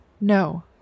No